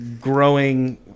growing